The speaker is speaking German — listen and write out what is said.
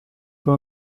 für